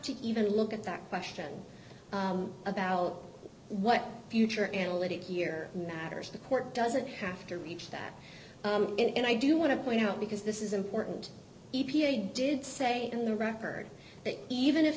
to even look at that question about what future analytic here matters the court doesn't have to reach that and i do want to point out because this is important e p a did say on the record that even if